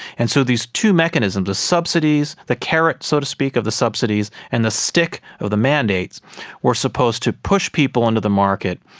and so these two mechanisms the subsidies, the carrot, so to speak, of the subsidies, and the stick of the mandates were supposed to push people into the market,